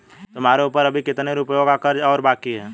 तुम्हारे ऊपर अभी कितने रुपयों का कर्ज और बाकी है?